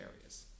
areas